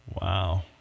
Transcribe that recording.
Wow